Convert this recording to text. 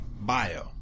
bio